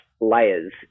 layers